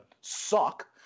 suck